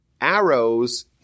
arrows